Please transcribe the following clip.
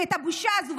כי את הבושה הזו,